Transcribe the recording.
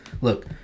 Look